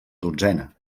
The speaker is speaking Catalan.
dotzena